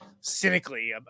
cynically